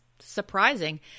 surprising